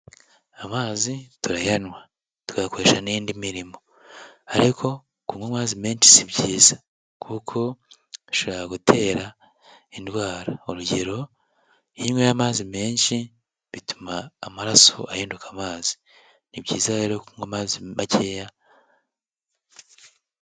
Amazi turayanywa, tuyakoresha n'indi mirimo ariko kunywa amazi menshi si byiza, kuko ashobora gutera indwara, urugero iyo unyweye amazi menshi, bituma amaraso ahinduka amazi, ni byiza rero kunywa amazi makeya.